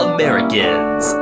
Americans